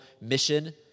mission